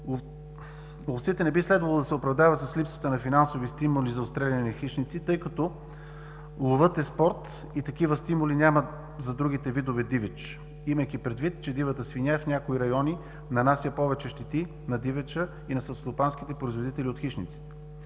Ловците не би следвало да се оправдават с липсата на финансови стимули за отстреляни хищници, тъй като ловът е спорт и такива стимули няма за другите видове дивеч, имайки предвид, че дивата свиня в някои райони нанася повече щети на дивеча и на селскостопанските производители от хищниците.